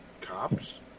cops